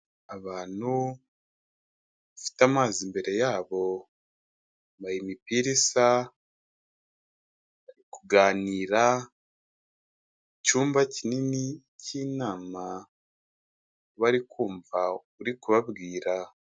Abantu bafite amazi imbere yabo, bambaye imipira isa, bari kuganira mu cyumba kinini cy'inama, bari kumva uri kubabwira.